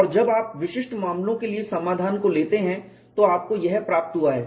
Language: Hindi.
और जब आप विशिष्ट मामलों के लिए समाधान को लेते हैं तो आपको यह प्राप्त हुआ है